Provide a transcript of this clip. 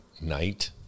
night